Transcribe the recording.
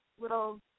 little